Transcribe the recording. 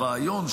הרעיון,